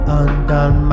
undone